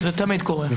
זה תמיד קורה.